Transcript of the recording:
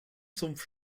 sumpf